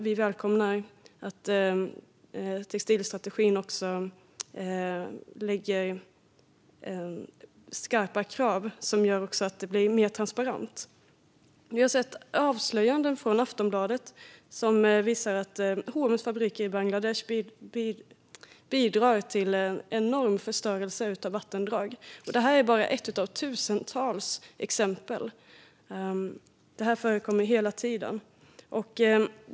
Vi välkomnar att textilstrategin också innehåller skarpa krav som gör att det blir mer transparent. Vi har sett avslöjanden i Aftonbladet som visar att H & M:s fabriker i Bangladesh bidrar till en enorm förstörelse av vattendrag. Det är bara ett av tusentals exempel. Detta förekommer hela tiden.